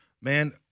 man